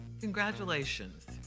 Congratulations